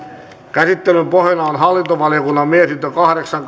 käsittelyn pohjana on hallintovaliokunnan mietintö kahdeksan